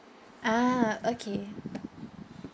ah okay